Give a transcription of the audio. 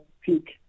peak